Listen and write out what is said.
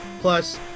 Plus